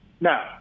Now